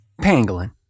Pangolin